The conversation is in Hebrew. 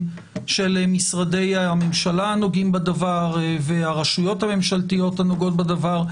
של משרדי הממשלה הנוגעים בדבר והרשויות הממשלתיות הנוגעות בדבר,